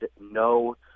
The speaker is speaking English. no